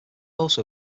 also